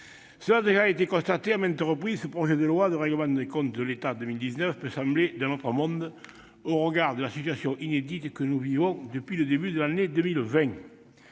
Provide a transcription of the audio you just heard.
Cela a été constaté à maintes reprises, ce projet de loi de règlement des comptes de l'État pour 2019 peut sembler d'un autre monde au regard de la situation inédite que nous vivons depuis le début de l'année 2020.